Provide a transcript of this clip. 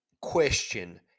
question